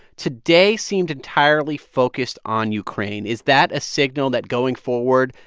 today seemed entirely focused on ukraine. is that a signal that going forward,